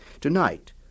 Tonight